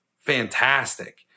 fantastic